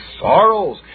sorrows